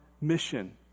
mission